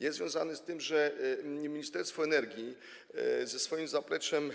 Jest on związany z tym, że Ministerstwo Energii ze swoim zapleczem